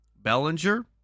Bellinger